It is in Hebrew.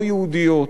לא יהודיות.